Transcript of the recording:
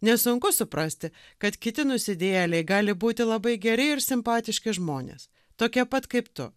nesunku suprasti kad kiti nusidėjėliai gali būti labai geri ir simpatiški žmonės tokie pat kaip tu